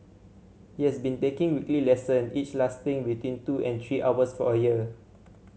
he has been taking weekly lesson each lasting between two and three hours for a year